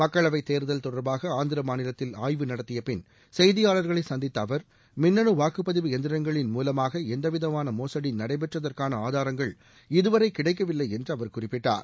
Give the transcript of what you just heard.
மக்களவை தேர்தல் தொடர்பாக ஆந்திர மாநிலத்தில் ஆய்வு நடத்திய பின் செய்தியாளர்களை சந்தித்த அவர் மின்னனு வாக்குப் பதிவு எந்திரங்களின் மூலமாக எந்தவிதமான மோசடி நடைபெற்றதற்கான ஆதாரங்கள் இதுவரை கிடைக்கவில்லை என்று அவர் குறிப்பிட்டார்